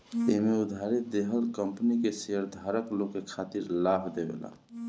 एमे उधारी देहल कंपनी के शेयरधारक लोग के खातिर लाभ देवेला